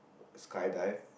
skydive